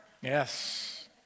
Yes